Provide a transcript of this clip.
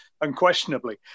unquestionably